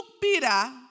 Peter